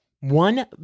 One